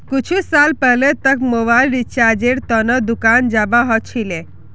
कुछु साल पहले तक मोबाइल रिचार्जेर त न दुकान जाबा ह छिले